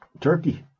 Turkey